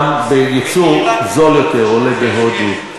ייצור זול יותר יש בהודו,